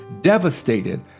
devastated